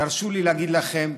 תרשו לי להגיד לכם: